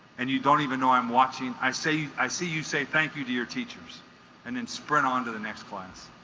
and you don't even know i'm watching i say i see you say thank you to your teachers and then sprint on to the next class